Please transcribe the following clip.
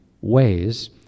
ways